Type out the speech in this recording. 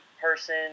person